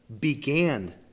began